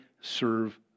serve